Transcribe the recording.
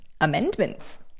amendments